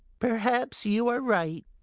perhaps you are right,